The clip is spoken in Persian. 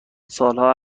سالها